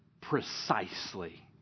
precisely